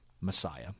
Messiah